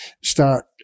start